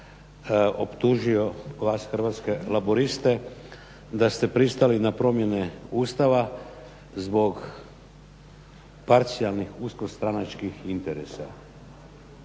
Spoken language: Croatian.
optužio vas Hrvatske laburiste da ste pristali na promjene Ustava zbog parcijalnih usko stranačkih interesa.